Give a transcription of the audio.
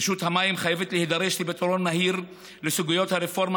רשות המים חייבת להידרש לפתרון מהיר לסוגיית הרפורמה